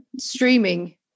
streaming